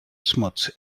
smuts